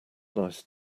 nice